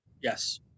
Yes